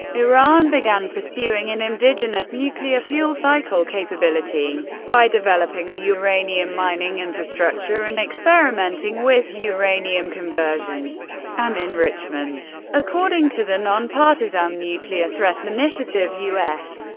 iran began pursuing an indigenous nuclear fuel cycle capability by developing a uranium mining infrastructure and experimenting with uranium conversion and enrichment. according to the nonpartisan nuclear threat and initiative, u s.